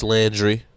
Landry